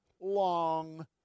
long